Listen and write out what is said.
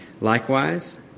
Likewise